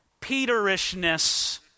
Peterishness